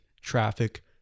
traffic